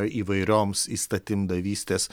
įvairioms įstatymdavystės